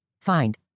Find